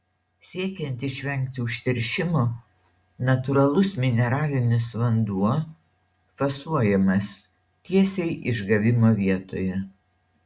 siekiant išvengti užteršimo natūralus mineralinis vanduo fasuojamas tiesiai išgavimo vietoje